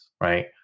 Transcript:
right